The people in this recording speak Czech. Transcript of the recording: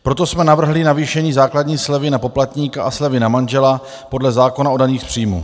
Proto jsme navrhli navýšení základní slevy na poplatníka a slevy na manžela podle zákona o daních z příjmů.